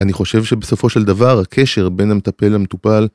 אני חושב שבסופו של דבר הקשר בין המטפל למטופל